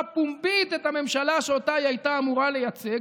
פומבית את הממשלה שאותה היא הייתה אמורה לייצג,